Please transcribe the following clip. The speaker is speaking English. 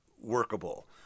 workable